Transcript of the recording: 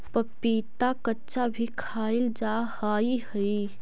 पपीता कच्चा भी खाईल जा हाई हई